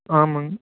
ஆமாங்க